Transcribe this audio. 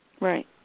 Right